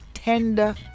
tender